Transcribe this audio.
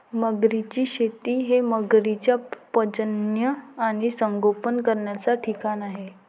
मगरींची शेती हे मगरींचे प्रजनन आणि संगोपन करण्याचे ठिकाण आहे